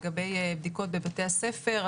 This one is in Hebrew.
לגבי בדיקות בבתי הספר,